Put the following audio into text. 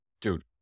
dude